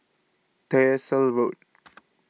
Tyersall Road